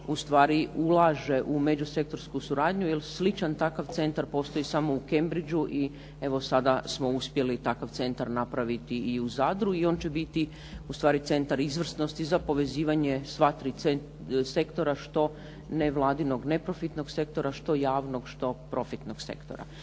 u stvari ulaže u međusektorsku suradnju. Jer sličan takav centar postoji samo u Cambridgu i evo sada smo uspjeli takav centar napraviti i u Zadru i on će biti u stvari centar izvrsnosti za povezivanje sva tri sektora što nevladinog neprofitnog sektora, što javnog, što profitnog sektora.